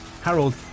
Harold